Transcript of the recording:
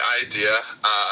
idea